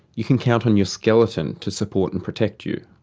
you can count on your skeleton to support and protect you.